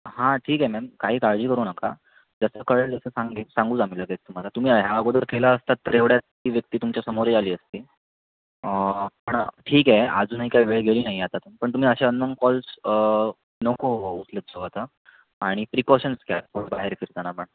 हां ठीक आहे मॅम काही काळजी करू नका जसं कळेल तसं सांगेन सांगूच आम्ही लगेच तुम्हाला तुम्ही ह्या अगोदर केला असतात तर एवढ्यात ती व्यक्ती तुमच्यासमोरही आली असती पण ठीक आहे अजूनही काही वेळ गेली नाही आहे हातातून पण तुम्ही असे अननोन कॉल्स नको उचलत जाऊ आता आणि प्रिकॉशन्स घ्या बाहेर फिरताना पण